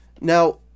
Now